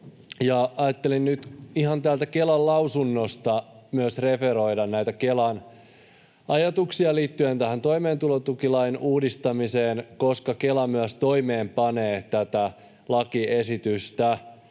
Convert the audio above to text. Ajattelin nyt ihan täältä Kelan lausunnosta referoida näitä Kelan ajatuksia liittyen tähän toimeentulotukilain uudistamiseen, koska Kela myös toimeenpanee tätä lakiesitystä.